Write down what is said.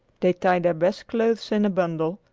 they tied their best clothes in a bundle,